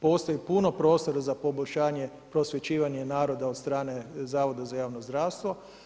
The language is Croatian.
Postoji puno prostora za poboljšanje prosvjećivanja naroda od strane Zavoda za javno zdravstvo.